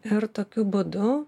ir tokiu būdu